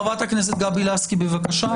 חברת הכנסת לסקי בבקשה.